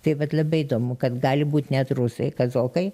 tai vat labai įdomu kad gali būt net rusai kazokai